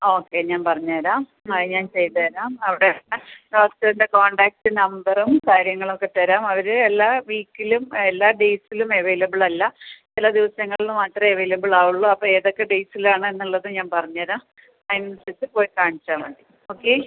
okay ഞാൻ പറഞ്ഞരാം അത് ഞാൻ ചെയ്ത് തരാം അവിടെ ഉള്ള ഡോക്ടറിൻ്റെ കോൺടാക്ട് നമ്പറും കാര്യങ്ങളൊക്കെത്തരാം അവർ എല്ലാ വീക്കിലും എല്ലാ ഡേയ്സിലും അവൈലബിൾ അല്ല ചില ദിവസങ്ങളിൽ മാത്രമേ അവൈലബിൾ ആവുള്ളൂ അപ്പം ഏതൊക്കെ ഡേയ്സിലാണ് എന്നുള്ളത് ഞാൻ പറഞ്ഞരാം അതിന് അനുസരിച്ച് പോയി കാണിച്ചാൽ മതി ഓക്കെ